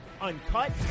uncut